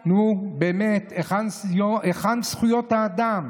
נו, באמת, היכן זכויות האדם?